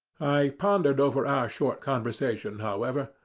i pondered over our short conversation, however,